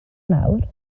nawr